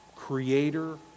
creator